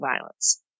violence